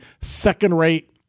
second-rate